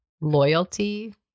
loyalty